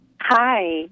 Hi